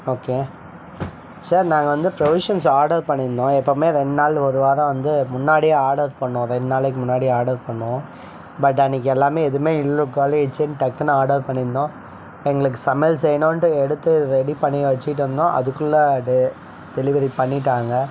okay sir நாங்கள் வந்து provisions order பண்ணியிருந்தோம் எப்போவுமே ரெண்டு நாள் ஒரு வாரம் வந்து முன்னாடியே ஆடர் பண்ணுவோம் ரெண்டு நாளைக்கு முன்னாடி ஆடர் பண்ணுவோம் பட் அன்னிக்கு எல்லாமே எதுவுமே இல்லை காலியாகிச்சுன்னு டக்குன்னு ஆடர் பண்ணியிருந்தோம் எங்களுக்கு சமையல் செய்யணும்ன்ட்டு எடுத்து ரெடி பண்ணி வச்சுட்டிருந்தோம் அதுக்குள்ளே அது டெலிவரி பண்ணிவிட்டாங்க